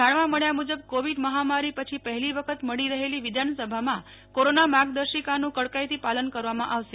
જાણવા મળ્યા મુજબ કોવિડ મહામારી પછી પહેલી વખત મળી રહેલી વિધાન સભામાં કોરોના માર્ગદર્શિકાનું કડકાઇથીપાલન કરવામાં આવશે